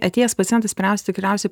atėjęs pacientas spręs tikriausiai